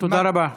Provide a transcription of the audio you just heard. תודה רבה.